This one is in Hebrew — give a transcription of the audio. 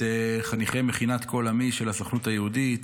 חניכי מכינת קול עמי של הסוכנות היהודית,